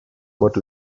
but